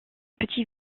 petit